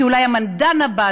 כי אולי המדען הבא,